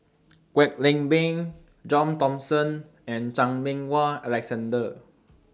Kwek Leng Beng John Thomson and Chan Meng Wah Alexander